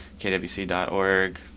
kwc.org